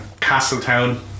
Castletown